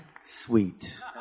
sweet